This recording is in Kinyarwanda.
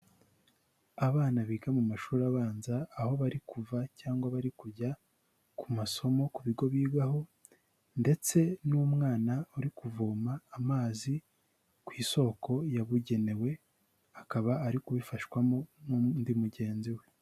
Abana biga mu mashuri abanza aho bari kuva cyangwa bari kujya ku masomo ku bigo bigaho ndetse n'umwana uri kuvoma amazi ku isoko yabugenewe akaba ari kubifashwamo n'undi mugenzi we.